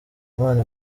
imana